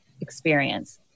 experience